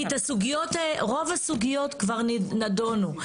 כי רוב הסוגיות כבר נדונו.